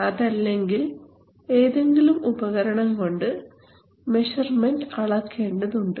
അതല്ലെങ്കിൽ ഏതെങ്കിലും ഉപകരണം കൊണ്ട് മെഷർമെൻറ് അളക്കേണ്ടത് ഉണ്ട്